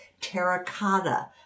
terracotta